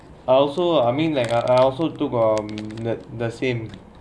also uh I mean like I I also took the same